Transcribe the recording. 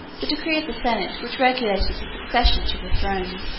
the decree of the senate which regulated the succession to the throne.